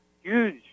Huge